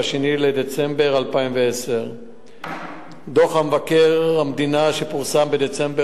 ב-2 בדצמבר 2010. דוח מבקר המדינה שפורסם בדצמבר